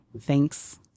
thanks